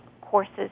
courses